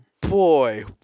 boy